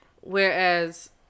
Whereas